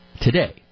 today